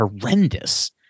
horrendous